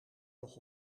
nog